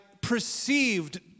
perceived